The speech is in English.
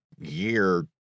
year